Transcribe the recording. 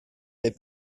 fait